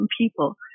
people